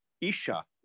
Isha